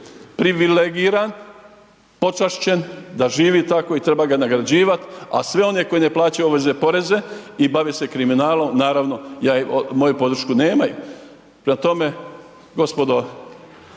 privilegiran, počašćen da živi tako i treba ga nagrađivat a sve one koji ne plaćaju obveze i poreze i bave se kriminalom, naravno moju podršku nemaju. Prema tome, gospodo